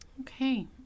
Okay